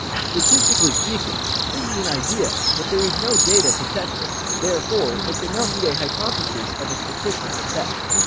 statistically speaking, this is an idea, but there is no data to test it, therefore it cannot be a hypothesis of a statistical test.